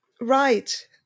Right